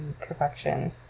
perfection